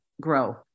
grow